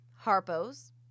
Harpo's